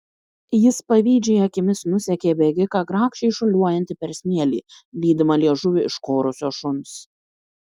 jis pavydžiai akimis nusekė bėgiką grakščiai šuoliuojantį per smėlį lydimą liežuvį iškorusio šuns